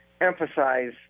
emphasize